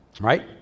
right